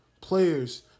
players